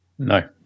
No